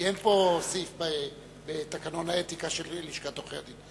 כי אין פה סעיף בתקנון האתיקה של לשכת עורכי-הדין.